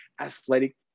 athletic